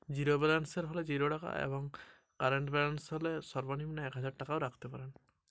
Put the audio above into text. Bank এ কত টাকা কম সে কম রাখতে পারি?